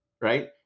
right